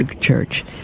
Church